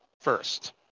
first